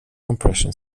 compression